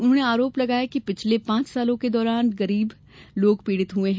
उन्होंने आरोप लगाया कि पिछले पांच सालों के दौरान गरीब लोग पीड़ित हुए हैं